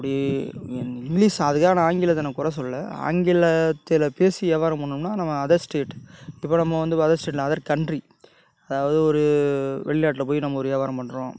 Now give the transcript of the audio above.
அப்படி நீ என் இங்கிலிஷ் அதுக்காக நான் ஆங்கிலத்தை நான் குற சொல்லல ஆங்கிலத்தில் பேசி வியாபாரம் பண்ணோம்னா நம்ம அதர் ஸ்டேட் இப்போ நம்ம வந்து இப்போ அதர் ஸ்டேட் இல்லை அதர் கன்ட்ரி அதாவது ஒரு வெளிநாட்டில போய் நம்ம ஒரு வியாபாரம் பண்ணுறோம்